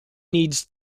needs